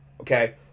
okay